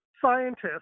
scientists